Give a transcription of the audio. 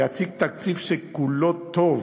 להציג תקציב שכולו טוב,